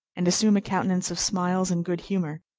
and assume a countenance of smiles and good humor,